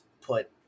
put